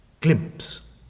glimpse